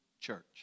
church